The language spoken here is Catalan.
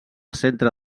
centre